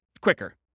quicker